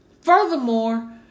Furthermore